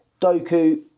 doku